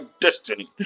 destiny